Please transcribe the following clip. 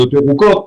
להיות ירוקות,